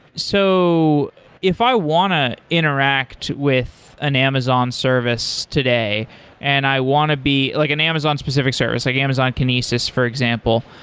so if i want to interact with an amazon service today and i want to be like an amazon specific service, like amazon kinesis, for example,